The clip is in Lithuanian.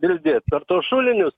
ir per tuos šulinius